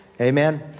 Amen